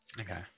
okay